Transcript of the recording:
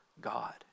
God